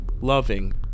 loving